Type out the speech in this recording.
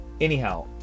Anyhow